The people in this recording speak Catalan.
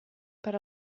per